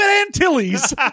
Antilles